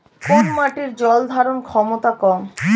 কোন মাটির জল ধারণ ক্ষমতা কম?